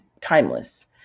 timeless